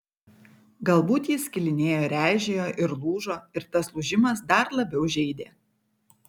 galbūt jis skilinėjo ir eižėjo ir lūžo ir tas lūžimas dar labiau žeidė